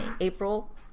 April